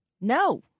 No